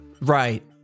Right